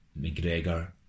McGregor